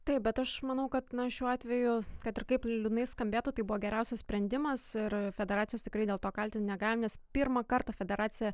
taip bet aš manau kad na šiuo atveju kad ir kaip liūdnai skambėtų tai buvo geriausias sprendimas ir federacijos tikrai dėl to kaltint negalim nes pirmą kartą federacija